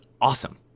awesome